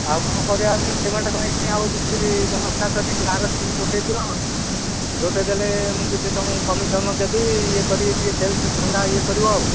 ଆଉ କ'ଣ କରିବା ହେଲେ ସିମେଣ୍ଟ ପାଇଁ ଆଉ କିଛି ବ୍ୟବସ୍ଥା କରିକି ଲୋକ ଟିକେ ଜୁଟେଇ ଦିଅ ଜୁଟେଇଦେଲେ ମୁଁ କିଛି ତୁମକୁ କମିଶନ୍ ଦେବି ଇଏ କରିକି ଟିକେ ସେଲ୍ସ ଧନ୍ଦା ଇଏ କରିବ ଆଉ